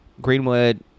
Greenwood